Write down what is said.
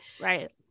Right